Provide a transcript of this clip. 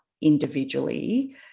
individually